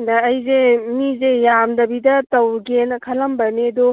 ꯑꯗ ꯑꯩꯁꯦ ꯃꯤꯁꯦ ꯌꯥꯝꯗꯕꯤꯗ ꯇꯧꯒꯦꯅ ꯈꯜꯂꯝꯕꯅꯤ ꯑꯗꯨ